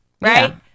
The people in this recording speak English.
right